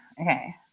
Okay